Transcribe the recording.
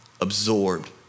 absorbed